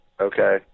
okay